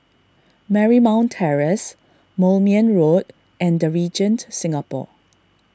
Marymount Terrace Moulmein Road and the Regent Singapore